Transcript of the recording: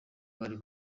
bari